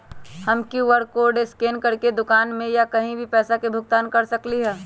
हम QR code scan करके दुकान में या कहीं भी पैसा के भुगतान कर सकली ह?